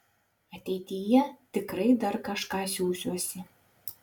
ateityje tikrai dar kažką siųsiuosi